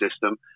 system